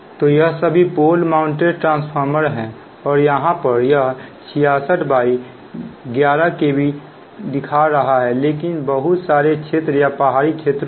लेकिन मान लो कुछ हुआ हो मान लो यहां कोई फॉल्ट हुआ हैउदाहरण के लिए यहां कोई फॉल्ट हुआ है तो क्या किया जाता है कि इस लाइन को अलग कर दिया जाता है इसको आइसोलेट कर सकते हैं